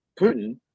Putin